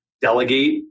delegate